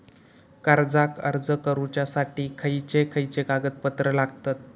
कर्जाक अर्ज करुच्यासाठी खयचे खयचे कागदपत्र लागतत